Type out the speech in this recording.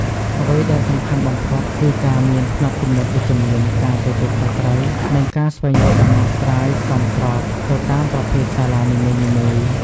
អ្វីដែលសំខាន់បំផុតគឺការមាន ផ្នត់គំនិតវិជ្ជមាន ការទទួលខុសត្រូវ និងការស្វែងរកដំណោះស្រាយសមស្របទៅតាមប្រភេទសាលានីមួយៗ។